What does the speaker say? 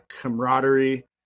camaraderie